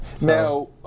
Now